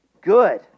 Good